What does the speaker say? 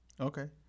Okay